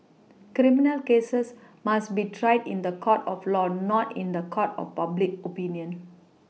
criminal cases must be tried in the court of law not in the court of public oPinion